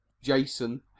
Jason